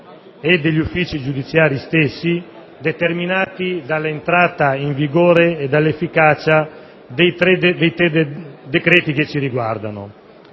e degli uffici giudiziari stessi determinati dall'entrata in vigore e dall'efficacia dei tre decreti che ci riguardano.